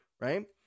right